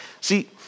See